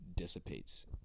dissipates